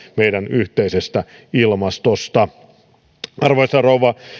meidän yhteisestä ilmastosta suomen rajojen ulkopuolella arvoisa rouva